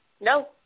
No